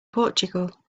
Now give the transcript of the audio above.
portugal